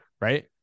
right